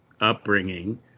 upbringing